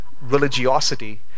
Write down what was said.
religiosity